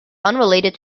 unrelated